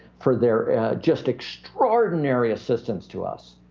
for their just extraordinary assistance to us?